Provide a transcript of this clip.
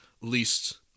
least